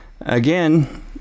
Again